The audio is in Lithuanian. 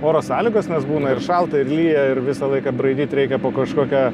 oro sąlygos nes būna ir šalta lyja ir visą laiką braidyt reikia po kažkokią